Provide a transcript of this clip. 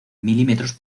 milímetros